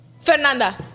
Fernanda